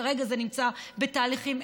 כרגע זה נמצא בתהליכים,